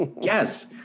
Yes